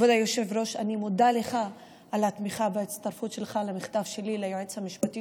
הוכח כי תיקו הפלילי של היועץ המשפטי